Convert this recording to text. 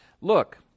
Look